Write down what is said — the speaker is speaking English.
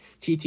TT